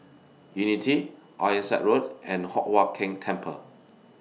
Unity Ironside Road and Hock Huat Keng Temple